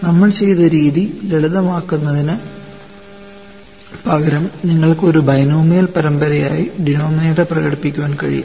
നമ്മൾ ചെയ്ത രീതി ലളിതമാക്കുന്നതിനുപകരം നിങ്ങൾക്ക് ഒരു ബൈനോമിയൽ പരമ്പരയായി ഡിനോമിനേറ്റർ പ്രകടിപ്പിക്കാൻ കഴിയും